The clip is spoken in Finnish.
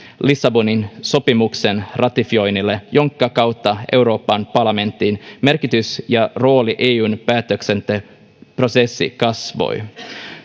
lissabonin sopimuksen ratifioinnille jonka kautta euroopan parlamentin merkitys ja rooli eun päätöksentekoprosessissa kasvoi